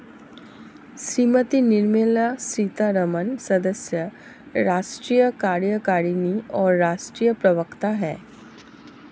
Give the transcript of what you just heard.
श्रीमती निर्मला सीतारमण सदस्य, राष्ट्रीय कार्यकारिणी और राष्ट्रीय प्रवक्ता हैं